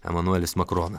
emanuelis makronas